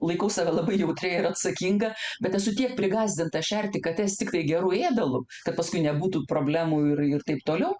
laikau save labai jautria ir atsakinga bet esu tiek prigąsdinta šerti kates tiktai geru ėdalu kad paskui nebūtų problemų ir ir taip toliau